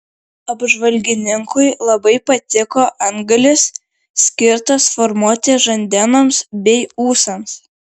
apžvalgininkui labai patiko antgalis skirtas formuoti žandenoms bei ūsams